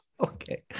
Okay